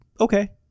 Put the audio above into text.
okay